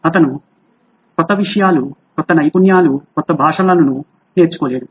అతను క్రొత్త విషయాలు కొత్త నైపుణ్యాలు క్రొత్త భాషలను నేర్చుకోలేడు